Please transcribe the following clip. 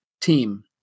team